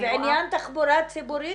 בעניין התחבורה הציבורית,